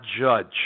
judge